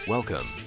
Welcome